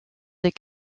des